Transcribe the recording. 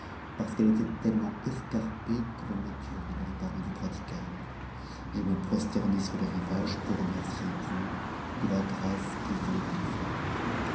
parce qu'elle était tpuctnent escarpée que la nature ne l'avait pas rendue praticable je me m'ostcrnai sur le rivage pour remercier dieu de la grâce qu'il venait de me faire